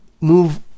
move